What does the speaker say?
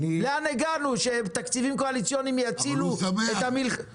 לאן הגענו שתקציבים קואליציוניים יצילו את המלחמה --- אבל הוא שמח,